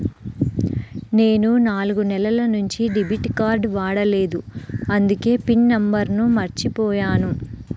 నేను నాలుగు నెలల నుంచి డెబిట్ కార్డ్ వాడలేదు అందుకే పిన్ నంబర్ను మర్చిపోయాను